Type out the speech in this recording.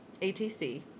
ATC